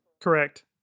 Correct